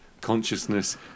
consciousness